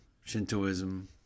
Shintoism